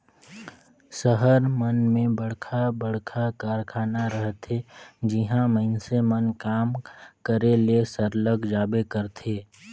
सहर मन में बड़खा बड़खा कारखाना रहथे जिहां मइनसे मन काम करे ले सरलग जाबे करथे